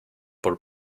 por